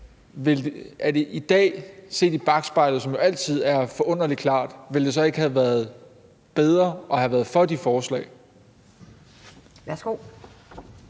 i dag: Set i bakspejlet, som jo altid er forunderlig klart, ville det så ikke have været bedre at have været for de forslag? Kl.